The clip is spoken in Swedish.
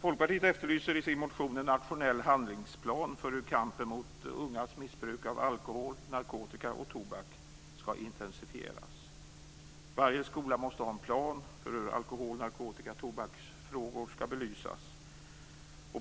Folkpartiet efterlyser i sin motion en nationell handlingsplan för hur kampen mot ungas missbruk av alkohol, narkotika och tobak skall intensifieras. Varje skola måste ha en plan för hur alkohol-, narkotika och tobaksfrågor skall belysas.